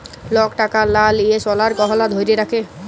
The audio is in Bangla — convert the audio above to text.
লক টাকার লা দিঁয়ে সলার গহলা ধ্যইরে রাখে